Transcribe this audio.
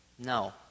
No